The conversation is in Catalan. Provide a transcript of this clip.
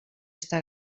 està